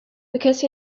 because